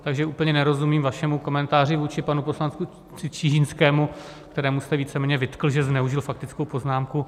Takže úplně nerozumím vašemu komentáři vůči panu poslanci Čižinskému, kterému jste víceméně vytkl, že zneužil faktickou poznámku.